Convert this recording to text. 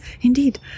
Indeed